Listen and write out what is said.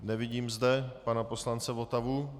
Nevidím zde pana poslance Votavu.